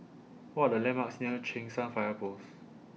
What Are The landmarks near Cheng San Fire Post